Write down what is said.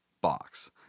box